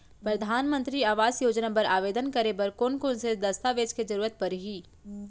परधानमंतरी आवास योजना बर आवेदन करे बर कोन कोन से दस्तावेज के जरूरत परही?